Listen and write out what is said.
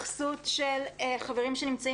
רשויות מקומיות ופקחים לעניין האכיפה של הטלת הקנסות,